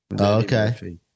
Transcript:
Okay